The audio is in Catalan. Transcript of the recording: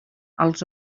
els